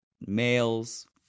males